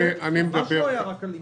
זה ממש לא היה רק על לימודים.